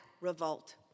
revolt